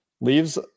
leaves